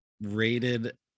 rated